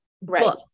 Right